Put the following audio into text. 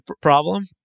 problem